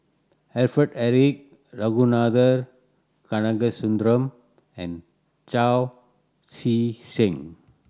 Alfred Eric Ragunathar Kanagasuntheram and Chao Tzee Cheng